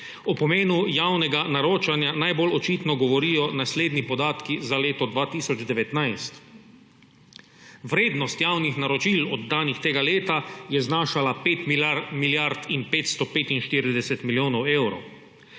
O pomenu javnega naročanja najbolj očitno govorijo naslednji podatki za leto 2019. Vrednost javnih naročil, oddanih tega leta, je znašala 5 milijard in 545 milijonov evrov.